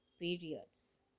periods